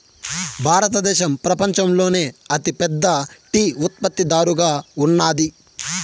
భారతదేశం పపంచంలోనే అతి పెద్ద టీ ఉత్పత్తి దారుగా ఉన్నాది